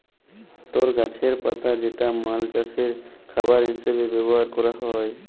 তর গাছের পাতা যেটা মালষের খাবার হিসেবে ব্যবহার ক্যরা হ্যয়